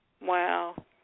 Wow